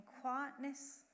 quietness